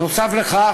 נוסף על כך,